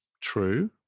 true